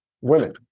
women